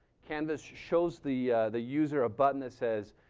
canvas shows the the user a button that says,